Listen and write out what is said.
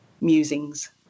musings